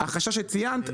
החשש שציינת,